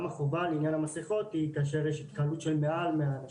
החובה לעניין המסכות היא כאשר יש התקהלות של מעל 100 אנשים.